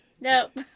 nope